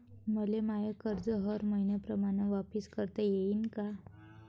मले माय कर्ज हर मईन्याप्रमाणं वापिस करता येईन का?